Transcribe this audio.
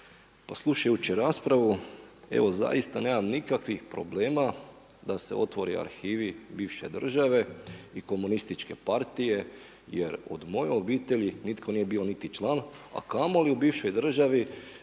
Pa slušajući raspravu evo zaista nemam nikakvih problema da se otvori arhivi bivše države i Komunističke partije jer od moje obitelji nitko nije bio niti član, a kamoli u bivšoj državi